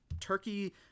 Turkey